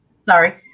sorry